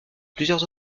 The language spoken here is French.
plusieurs